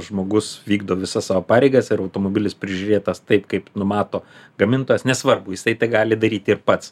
žmogus vykdo visas savo pareigas ir automobilis prižiūrėtas taip kaip numato gamintojas nesvarbu jisai tai gali daryti ir pats